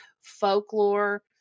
folklore